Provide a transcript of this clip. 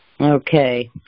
Okay